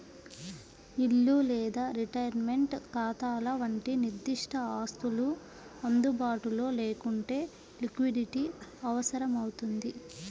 ఇల్లు లేదా రిటైర్మెంట్ ఖాతాల వంటి నిర్దిష్ట ఆస్తులు అందుబాటులో లేకుంటే లిక్విడిటీ అవసరమవుతుంది